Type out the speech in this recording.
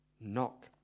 Knock